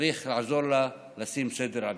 צריך לעזור לה לשים סדר עדיפויות.